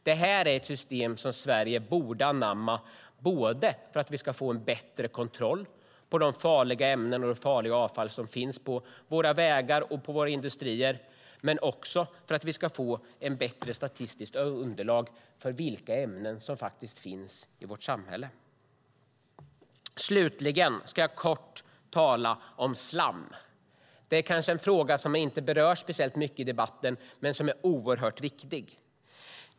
Det är ett system som Sverige borde anamma, för att vi ska få en bättre kontroll på de farliga ämnen och det farliga avfall som finns på våra vägar och på våra industrier men också för att vi ska få bättre statistiska underlag för vilka ämnen som finns i vårt samhälle. Slutligen ska jag kort tala om slam. Den frågan berörs kanske inte speciellt mycket i debatten, men den är oerhört viktig.